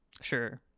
sure